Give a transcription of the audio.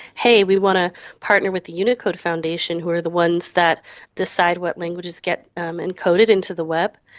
hey, we want to partner with the unicode foundation, who are the ones that decide what languages get um encoded into the web,